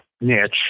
niche